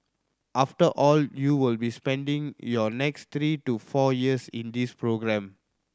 after all you will be spending your next three to four years in this programme